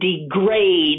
degrade